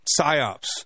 psyops